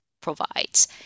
provides